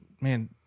man